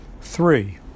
Three